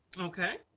okay.